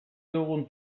dugun